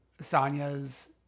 Sonya's